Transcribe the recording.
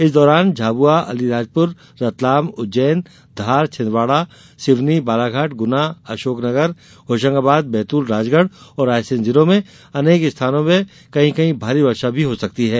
इस दौरान झाबुआ अलीराजपुर रतलाम उज्जैन धार छिदवाड़ा सिवनी बालाघाट गुना अशोकनगर होशंगाबाद बैतूल राजगढ़ और रायसेन जिलों में अनेक स्थानों में कहीं कहीं भारी वर्षा भी हो सकती है